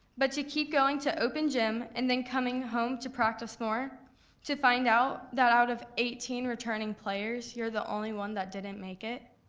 but you keep going to open gym and then coming home to practice more to find out that out of eighteen returning players you're the only one that didn't make it.